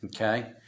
okay